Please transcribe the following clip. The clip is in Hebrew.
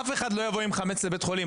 אף אחד לא יבוא עם חמץ לבית חולים,